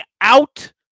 out